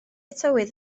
tywydd